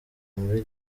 muri